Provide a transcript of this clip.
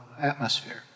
atmosphere